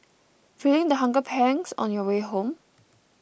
feeling the hunger pangs on your way home